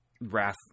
Wrath